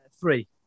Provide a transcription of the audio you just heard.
three